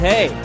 Hey